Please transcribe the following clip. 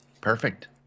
Perfect